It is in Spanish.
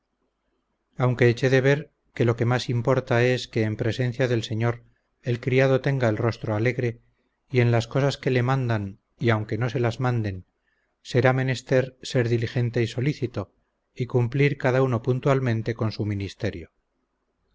aunque eché de ver que lo que más importa es que en presencia del señor el criado tenga el rostro alegre y en las cosas que le mandan y aunque no se las manden será menester ser diligente y solicito y cumplir cada uno puntualmente con su ministerio